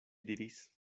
diris